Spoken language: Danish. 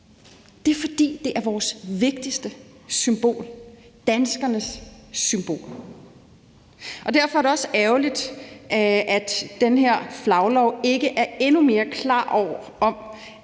Det er, fordi det er vores vigtigste symbol, danskernes symbol. Derfor er det også ærgerligt, at den her flaglov ikke er endnu mere klar om,